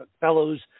fellows